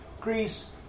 Greece